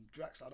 Drax